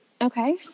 Okay